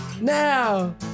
Now